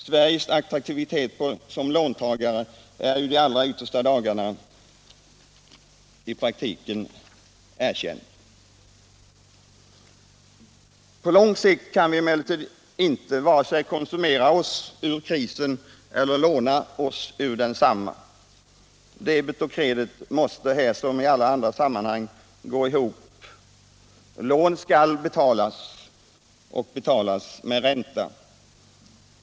Sveriges attraktivitet som låntagare har ju i de allra yttersta dagarna i praktiken erkänts. På lång sikt kan vi emellertid varken konsumera oss eller låna oss ur krisen. Debet och kredit måste här som i alla andra sammanhang gå ihop. Lån skall betalas och betalas med ränta.